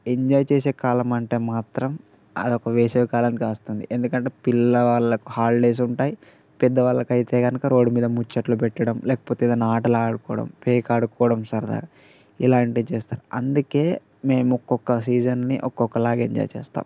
enjoy చేసే కాలం అంటే మాత్రం అదొక వేసవి కాలానికి వస్తుంది ఎందుకంటే పిల్లవాళ్ళకు హాలిడేస్ ఉంటాయి పెద్దవాళ్ళకి అయితే కనుక రోడ్డు మీద ముచ్చట్లు పెట్టడం లేకపోతే ఏదైనా ఆటలు ఆడుకోవటం పేక ఆడుకోవటం సరదాగా ఇలాంటివి చేస్తాం అందుకే మేము ఒక్కొక్క సీజన్ని ఒక్కొక్కలాగా ఎంజాయ్ చేస్తాం